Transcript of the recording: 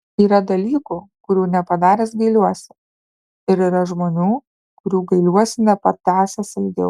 yra dalykų kurių nepadaręs gailiuosi ir yra žmonių kurių gailiuosi nepatąsęs ilgiau